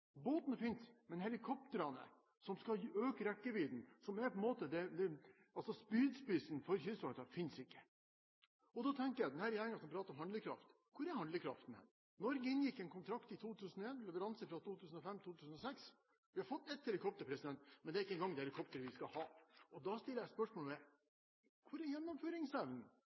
men helikoptrene, som skal øke rekkevidden, som på en måte er spydspissen for Kystvakten, finnes ikke. Da tenker jeg: Denne regjeringen som prater om handlekraft – hvor er handlekraften? Norge inngikk en kontrakt i 2001, med leveranser fra 2005/2006. Vi har fått ett helikopter, men det er ikke engang det helikopteret vi skal ha. Og da stiller jeg spørsmålet: Hvor er gjennomføringsevnen?